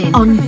on